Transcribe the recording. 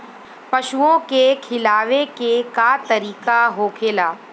पशुओं के खिलावे के का तरीका होखेला?